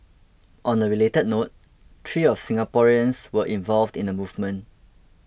on a related note three of Singaporeans were involved in the movement